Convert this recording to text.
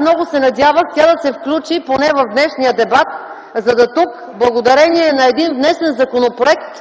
Много се надявах тя да се включи поне в днешния дебат, та по един внесен законопроект,